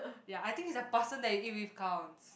ya I think it's the person that you eat with counts